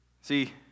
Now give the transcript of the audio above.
See